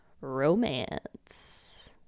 romance